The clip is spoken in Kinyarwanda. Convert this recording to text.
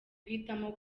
guhitamo